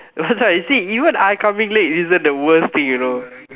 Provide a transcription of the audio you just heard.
that's why you see even I coming late isn't the worst thing you know